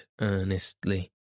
earnestly